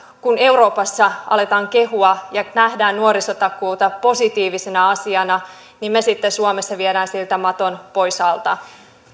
kun euroopassa aletaan kehua ja nähdä nuorisotakuuta positiivisena asiana niin me sitten suomessa viemme siltä maton pois alta